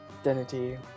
identity